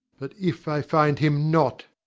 but if i find him not,